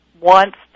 wants